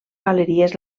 galeries